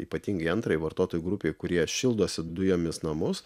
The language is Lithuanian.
ypatingai antrai vartotojų grupei kurie šildosi dujomis namus